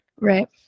Right